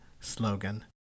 slogan